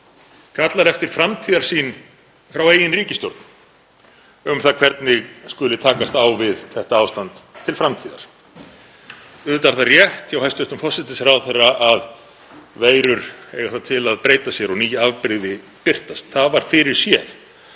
kallar eftir framtíðarsýn frá eigin ríkisstjórn um það hvernig skuli takast á við þetta ástand til framtíðar. Auðvitað er það rétt hjá hæstv. forsætisráðherra að veirur eiga það til að breyta sér og ný afbrigði að birtast, það var fyrirséð.